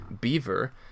Beaver